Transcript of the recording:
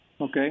Okay